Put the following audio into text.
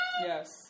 yes